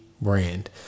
brand